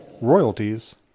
royalties